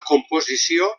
composició